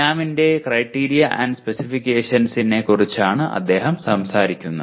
ക്യാമിന്റെ criteria and സ്പെസിഫിക്കേഷൻസിനെ കുറിച്ചാണ് അദ്ദേഹം സംസാരിക്കുന്നത്